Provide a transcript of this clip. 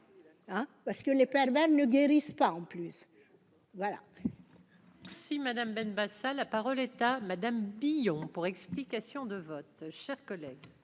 parce que les pervers ne guérissent pas en plus